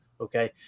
okay